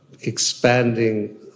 expanding